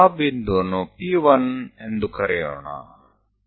ચાલો આપણે તે બિંદુને P1 તરીકે બોલાવીએ